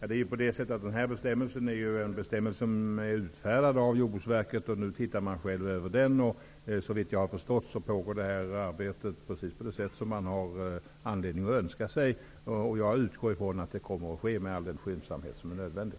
Herr talman! Denna bestämmelse är ju utfärdad av jordbruksverket. Nu ser man över den. Såvitt jag förstår pågår detta arbete på det sätt som man har anledning att önska. Jag utgår från att det kommer att ske med all den skyndsamhet som är nödvändig.